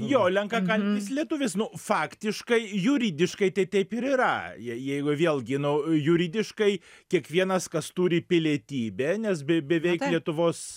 jo lenkakalbis lietuvis nu faktiškai juridiškai tai taip ir yra jei jeigu vėlgi nu juridiškai kiekvienas kas turi pilietybę nes be beveik lietuvos